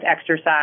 exercise